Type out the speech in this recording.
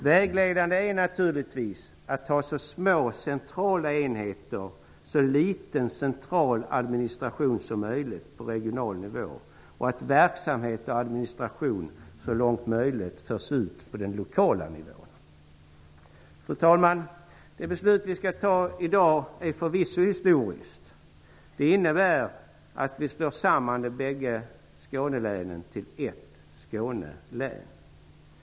Vägledande är naturligtvis att ha så små centrala enheter och så liten central administration som möjligt på regional nivå, och att verksamhet och administration så långt möjligt skall föras ut på lokal nivå. Fru talman! Det beslut vi skall fatta i dag är förvisso historiskt. Det innebär att vi slår samman de bägge Skånelänen till ett Skåne län.